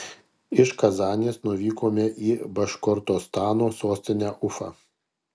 iš kazanės nuvykome į baškortostano sostinę ufą